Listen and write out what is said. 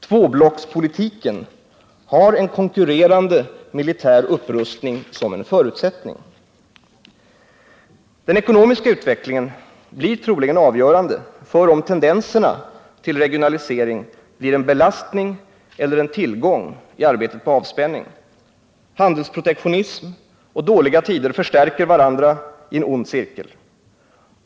Tvåblockspolitiken har en konkurrerande militär upprustning som en förutsättning. Den ekonomiska utvecklingen blir troligen avgörande för om tendenserna till regionalisering blir en belastning eller en tillgång i arbetet på avspänning. Handelsprotektionism och dåliga tider förstärker varandra i en ond cirkel.